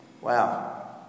Wow